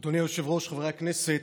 אדוני היושב-ראש, חברי הכנסת,